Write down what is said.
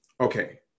Okay